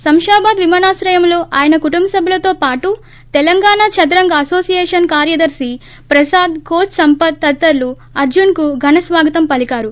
శంషాబాద్ విమానాశ్రయంలో ఆయన కుటుంబసభ్యులతో పాటు తెలంగాణ దదరంగ అనోషియేషన్ కార్యదర్శి ప్రసాద్ కోచ్ సంపత్ తదితరులు అర్జున్కు ఘనస్వాగతం పలికారు